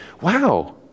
wow